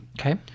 Okay